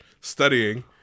studying